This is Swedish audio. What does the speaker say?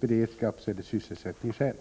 beredskapseller sysselsättningsskäl.